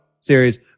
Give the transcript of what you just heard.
series